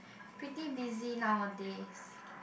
pretty busy nowadays